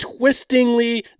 twistingly